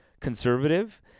conservative